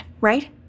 right